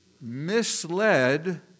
misled